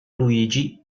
luigi